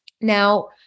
Now